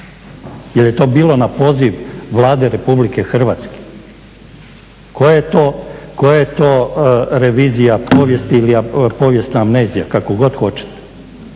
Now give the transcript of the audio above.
Jel je to bilo na poziv Vlade RH? koja je to revizija povijesti ili povijesna amnezija, kako god hoćete?